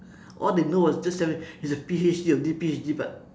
all they know is just tell me he's a P_H_D of this P_H_D but